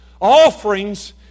offerings